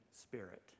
spirit